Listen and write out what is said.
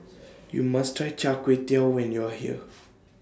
YOU must Try Chai Kuay Tow when YOU Are here